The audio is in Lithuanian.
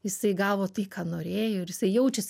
jisai gavo tai ką norėjo ir jisai jaučiasi